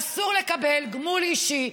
אסור לקבל גמול אישי,